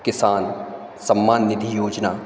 किसान सम्मान निधि योजना